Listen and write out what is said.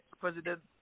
President